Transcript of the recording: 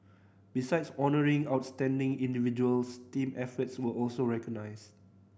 besides honouring outstanding individuals team efforts were also recognised